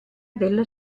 della